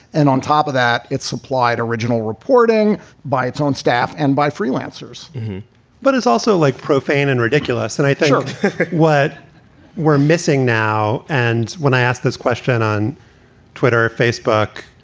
and on top of that, it's supplied original reporting by its own staff and by freelancers but it's also like profane and ridiculous. and i think what we're missing now. and when i asked this question on twitter or facebook,